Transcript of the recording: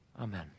Amen